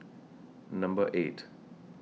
Number eight